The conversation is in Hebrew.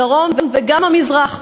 הדרום וגם המזרח.